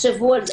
תחשבו על זה.